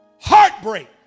heartbreak